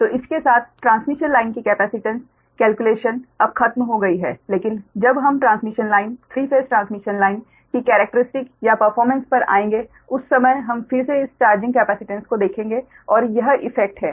तो इस के साथ ट्रांसमिशन लाइन की कैपेसिटेंस कलक्युलेशन अब खत्म हो गई है लेकिन जब हम transmission line 3 phase transmission line की केरेक्टरीस्टिक या परफ़ोर्मेंस पर आएंगे उस समय हम फिर से इस चार्जिंग कैपेसिटेंस को देखेंगे और यह इफैक्ट है